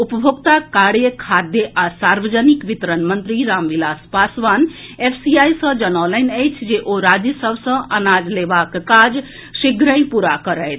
उपभोक्ता कार्य खाद्य आ सार्वजनिक वितरण मंत्री रामविलास पासवान एफसीआई सॅ जनौलनि अछि जे ओ राज्य सभ सॅ अनाज लेबाक काज शीघ्र पूरा करथि